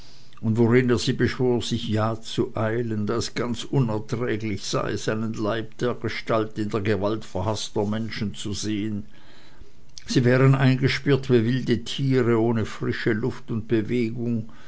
und worin er sie beschwor sich ja zu eilen da es ganz unerträglich sei seinen leib dergestalt in der gewalt verhaßter menschen zu sehen sie wären eingesperrt wie wilde tiere ohne frische luft und bewegung